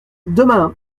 demain